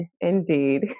indeed